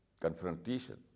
confrontation